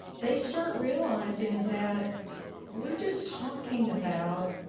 they start realizing that we're just talking about